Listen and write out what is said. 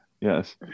yes